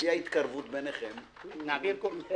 לפי ההתקרבות ביניכם --- נעביר קורס.